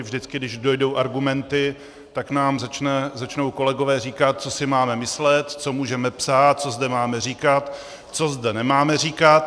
Vždycky když dojdou argumenty, tak nám začnou kolegové říkat, co si máme myslet, co můžeme psát, co zde máme říkat, co zde nemáme říkat.